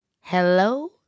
hello